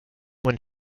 when